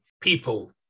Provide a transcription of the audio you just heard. people